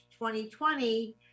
2020